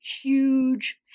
huge